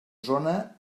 zona